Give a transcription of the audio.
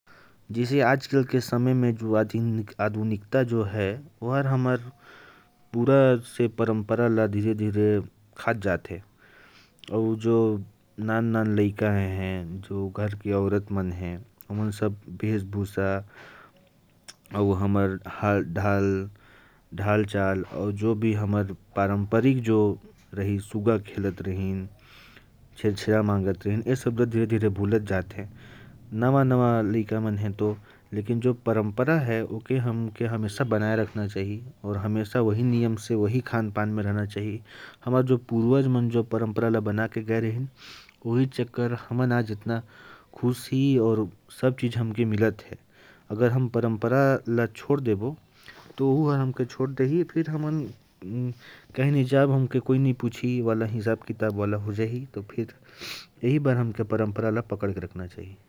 जैसे आजकल के समय में जो आधुनिकता है, वह हमारी परंपरा को खा रही है। आजकल के लड़के और लड़कियाँ अपने रहन-सहन की परंपरा को भूलते जा रहे हैं। लेकिन जो परंपरा है, उसे हमें हमेशा बनाए रखना पड़ेगा, और वही भेष-भूषा में रहना चाहिए।